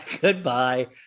Goodbye